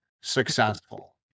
successful